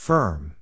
Firm